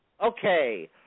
okay